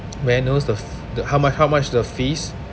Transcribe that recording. may I knows the f~ the how much how much the fees